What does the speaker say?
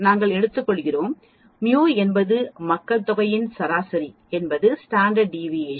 நாங்கள் எடுத்துக்கொள்கிறோம் μ என்பது மக்கள்தொகையின் சராசரி என்பது ஸ்டாண்டர்ட் டிவிஏர்ஷன்